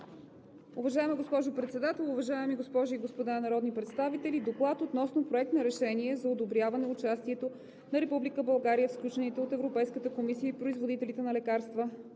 Уважаема госпожо Председател, уважаеми госпожи и господа народни представители! „ДОКЛАД относно Проект на решение за одобряване участието на Република България в сключените от Европейската комисия и производителите на лекарства